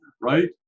right